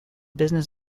business